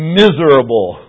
miserable